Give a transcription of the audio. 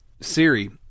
Siri